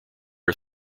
are